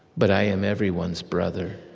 but i am everyone's brother.